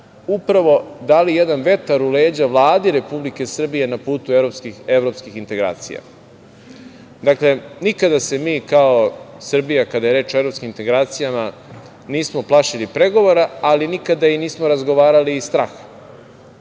upravo dali jedan vetar u leđa Vladi Republike Srbije, na putu evropskih integracija. Nikada se mi kao Srbija, kada je reč o evropskim integracijama, nismo plašili pregovora, ali nikada i nismo razgovarali iz straha.